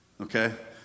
Okay